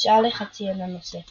הושאל לחצי עונה נוספת.